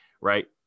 right